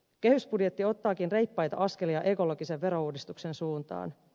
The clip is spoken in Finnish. kehysbudjetti ottaakin reippaita askelia ekologisen verouudistuksen suuntaan